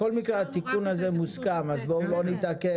בכל מקרה התיקון הזה מוסכם אז בואו לא נתעכב.